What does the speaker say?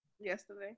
Yesterday